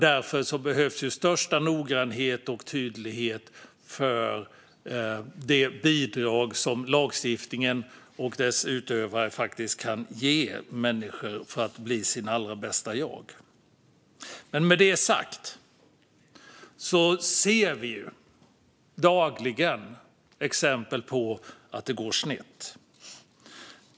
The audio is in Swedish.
Därför behövs största noggrannhet och tydlighet i de bidrag som lagstiftningen och dess utövare faktiskt kan ge människor för att de ska kunna bli sina allra bästa jag. Men med det sagt ser vi dagligen exempel på att det går snett.